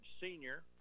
senior